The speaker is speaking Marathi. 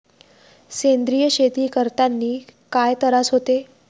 सेंद्रिय शेती करतांनी काय तरास होते?